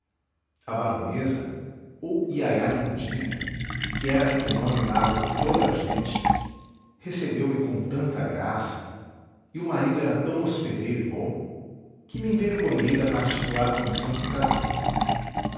a baronesa ou iaiá lindinha que era ainda o nome dado por toda a gente recebeu-me com tanta graça e o marido era tão hospedeiro e bom que me envergonhei da particular comissão que trazia